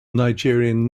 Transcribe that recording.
nigerian